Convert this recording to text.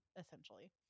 essentially